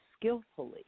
skillfully